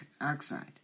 oxide